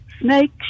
snake